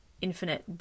infinite